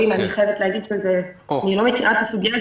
לגבי פולין אני חייבת להגיד שאני לא מכירה את הסוגיה.